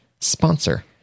sponsor